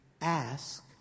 ask